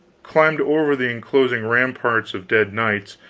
climbed over the enclosing ramparts of dead knights,